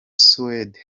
suède